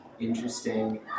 interesting